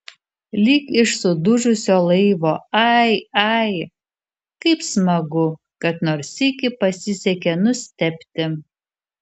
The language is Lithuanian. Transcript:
lyg iš sudužusio laivo ai ai kaip smagu kad nors sykį pasisekė nustebti